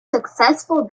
successful